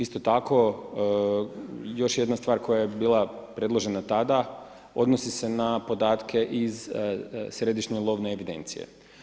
Isto tako, još jedna stvar koja je bila predložena tada odnosi se na podatke iz Središnje lovne evidencije.